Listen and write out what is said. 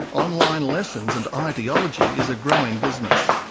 online lessons, and ideology is a growing business.